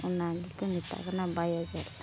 ᱚᱱᱟ ᱜᱮᱠᱚ ᱢᱮᱛᱟᱫ ᱠᱟᱱᱟ ᱵᱟᱭᱳ ᱡᱟᱞᱟᱱᱤ